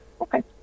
Okay